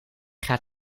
gaat